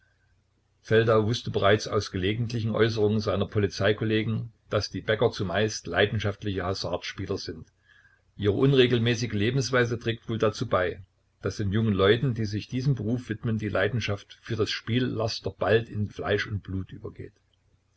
feldau wußte bereits aus gelegentlichen äußerungen seiner polizei kollegen daß die bäcker zumeist leidenschaftliche hasardspieler sind ihre unregelmäßige lebensweise trägt wohl dazu bei daß den jungen leuten die sich diesem berufe widmen die leidenschaft für das spiellaster bald in fleisch und blut übergeht